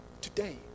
today